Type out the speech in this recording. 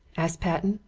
asked patten,